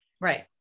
right